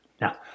Now